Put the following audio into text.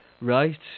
Right